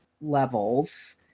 levels